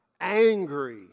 angry